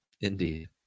Indeed